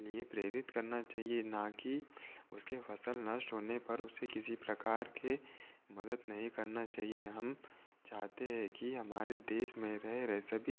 लिए प्रेरित करना चाहिए ना कि उसके फसल नष्ट होने पर उसे किसी प्रकार के मदद नहीं करना चाहिए हम चाहते हैं कि हमारे देश में रह रहे सभी